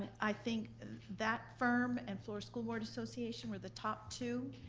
i think and that firm and florida school board association were the top two.